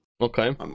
Okay